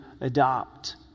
adopt